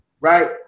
right